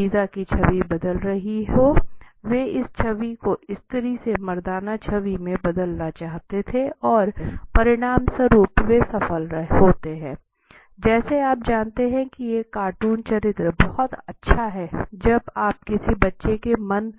visa की छवि बदल रही हो वे इस छवि को स्त्री से मर्दाना छवि में बदलना चाहते थे और परिणामस्वरूप वे सफल होते हैं जैसे आप जानते हैं कि एक कार्टून चरित्र बहुत अच्छा है जब आप किसी बच्चे के मन